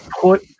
put